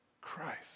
Christ